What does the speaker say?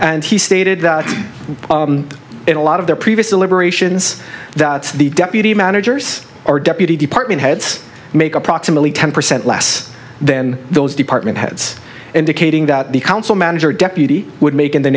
and he stated that in a lot of their previous deliberations that the deputy manager or deputy department heads make approximately ten percent less then those department heads indicating that the council manager deputy would make in the